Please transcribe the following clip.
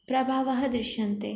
प्रभावः दृश्यते